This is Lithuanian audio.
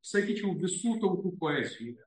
sakyčiau visų tautųpoezijoje